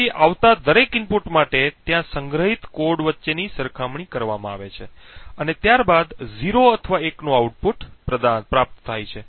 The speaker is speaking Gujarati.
તેથી આવતા દરેક ઇનપુટ માટે ત્યાં સંગ્રહિત ચીટ કોડ વચ્ચેની સરખામણી કરવામાં આવે છે અને ત્યારબાદ 0 અથવા 1 નું આઉટપુટ પ્રાપ્ત થાય છે